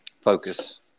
Focus